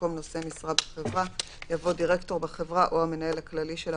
במקום "נושא משרה בחברה" יבוא "דירקטור בחברה או המנהל הכללי שלה".